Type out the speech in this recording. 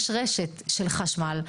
יש רשת של חשמל,